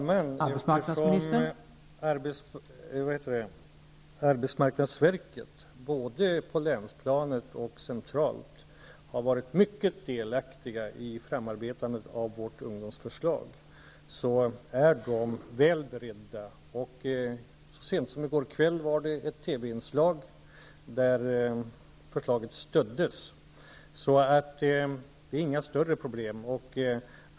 Herr talman! Arbetsmarknadsverket, både på länsplanet och centralt, har i stor utsträckning varit delaktiga i att arbeta fram vårt ungdomsförslag. De är ordentligt beredda. Så sent som i går kväll stöddes förslaget i ett TV-inslag. Det här är alltså inget större problem.